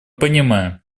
понимаем